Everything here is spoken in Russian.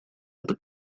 это